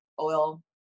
oil